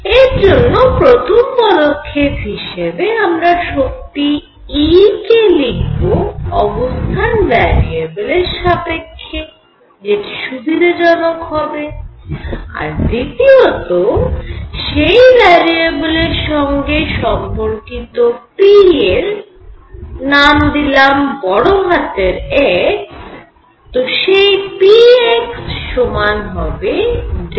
এর জন্য প্রথম পদক্ষেপ হিসেবে আমরা শক্তি E কে লিখব অবস্থান ভ্যারিয়েবলের সাপেক্ষে যেটি সুবিধাজনক হবে আর দ্বিতীয়ত সেই ভ্যারিয়েবলের সঙ্গে সম্পর্কিত p এর নাম দিলাম বড় হাতের X তো সেই pXসমান হবে ∂E∂X